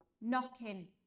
knocking